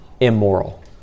immoral